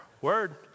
Word